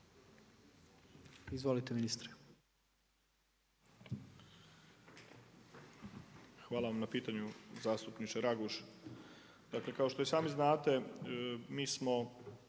**Ćorić, Tomislav (HDZ)** Hvala na pitanju, zastupniče Raguž. Dakle kao što i sami znate, mi smo